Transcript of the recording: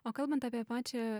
o kalbant apie pačią